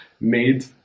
made